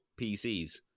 pcs